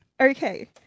Okay